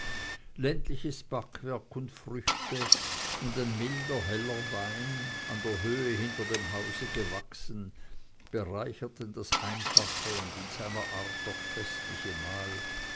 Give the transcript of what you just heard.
ländliches backwerk und früchte und ein milder heller wein an der höhe hinter dem hause gewachsen bereicherten das einfache und in seiner art doch festliche mahl